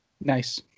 Nice